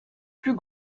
plus